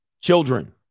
children